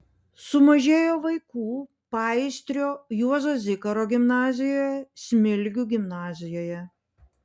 sumažėjo vaikų paįstrio juozo zikaro gimnazijoje smilgių gimnazijoje